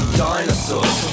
dinosaurs